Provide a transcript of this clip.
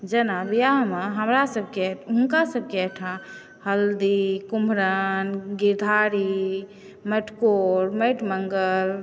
जेना बिआहमे हमरा सभके हुनका सभकेँ ओहिठाम हल्दी कुमरम घीढ़ारी मटकोर माटि मङ्गर